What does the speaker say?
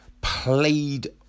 played